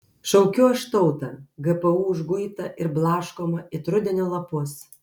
šaukiu aš tautą gpu užguitą ir blaškomą it rudenio lapus